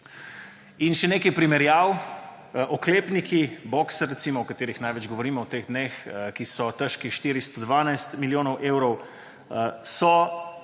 In še nekaj primerjav. Oklepniki boxer recimo, o katerih največ govorimo v teh dneh, ki so težki 412 milijonov evrov, v